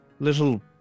Little